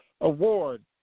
Award